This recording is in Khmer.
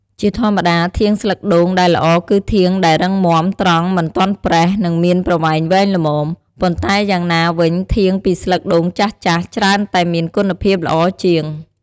ជាធម្មតាធាងស្លឹកដូងដែលល្អគឺធាងដែលរឹងមាំ ត្រង់ មិនទាន់ប្រេះ និងមានប្រវែងវែងល្មម ប៉ុន្តែយ៉ាងណាវិញធាងពីស្លឹកដូងចាស់ៗច្រើនតែមានគុណភាពល្អជាង។